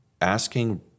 asking